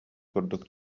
курдук